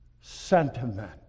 sentiment